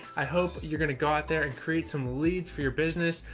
i hope you're going to go out there and create some leads for your business.